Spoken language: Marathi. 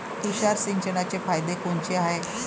तुषार सिंचनाचे फायदे कोनचे हाये?